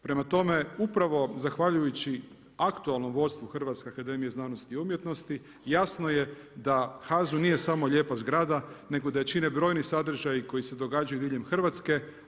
Prema tome, upravo zahvaljujući aktualnom vodstvu Hrvatske akademije znanosti umjetnosti jasno je da HAZU nije samo lijepa zgrada, nego da je čine brojni sadržaji koji se događaju diljem Hrvatske.